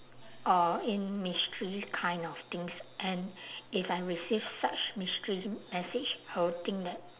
uh in mystery kind of things and if I receive such mystery message I will think that